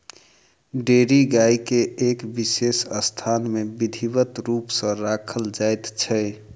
dairy गाय के एक विशेष स्थान मे विधिवत रूप सॅ राखल जाइत छै